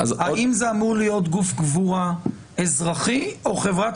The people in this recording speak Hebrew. האם זה אמור להיות גוף קבורה אזרחי או חברת